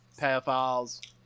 pedophiles